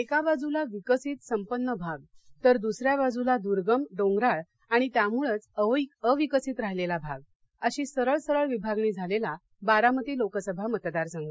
एका बाजूला विकसित संपन्न भाग तर दुसऱ्या बाजूला दुर्गम डोंगराळ आणि त्यामुळंच अविकसित राहिलेला भाग अशी सरळ सरळ विभागणी झालेला बारामती लोकसभा मतदार संघ